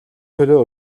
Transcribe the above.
төлөө